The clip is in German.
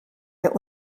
der